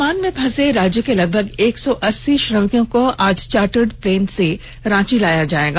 अंडमान में फंसे राज्य के लगभग एक सौ अस्सी श्रमिकों को आज चार्टर प्लेन से रांची लाया जायेगा